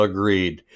Agreed